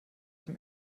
dem